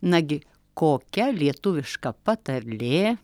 nagi kokia lietuviška patarlė